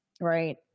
right